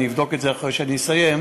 אני אבדוק את זה אחרי שאני אסיים,